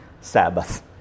Sabbath